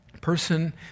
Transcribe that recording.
person